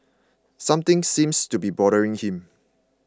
something seems to be bothering him